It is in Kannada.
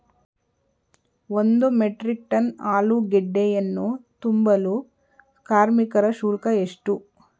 ಒಂದು ಮೆಟ್ರಿಕ್ ಟನ್ ಆಲೂಗೆಡ್ಡೆಯನ್ನು ತುಂಬಲು ಕಾರ್ಮಿಕರ ಶುಲ್ಕ ಎಷ್ಟು?